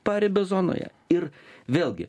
paribio zonoje ir vėlgi